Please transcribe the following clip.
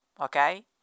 Okay